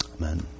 Amen